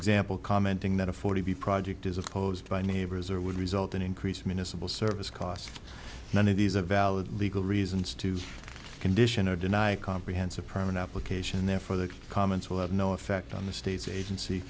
example commenting that a forty b project is opposed by neighbors or would result in increased municipal service costs none of these are valid legal reasons to condition or deny comprehensive perman application therefore the comments will have no effect on the state's agency